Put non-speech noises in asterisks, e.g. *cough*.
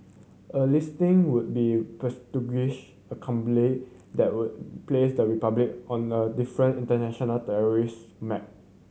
a listing would be prestigious *unintelligible* that would place the Republic on a different international tourist map